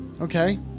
Okay